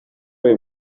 uyu